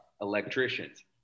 electricians